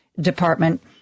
department